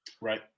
Right